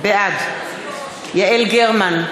בעד יעל גרמן,